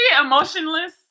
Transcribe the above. Emotionless